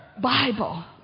Bible